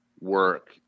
work